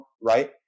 right